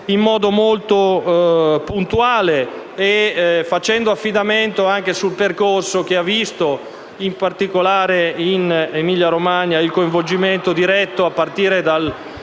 in modo molto puntuale, facendo affidamento anche sul percorso che ha visto in particolare in Emilia-Romagna il coinvolgimento diretto, a partire dal